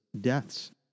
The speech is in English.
deaths